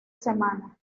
semana